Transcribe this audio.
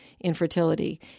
infertility